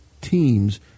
teams